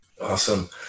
Awesome